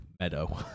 Meadow